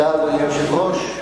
אדוני היושב-ראש,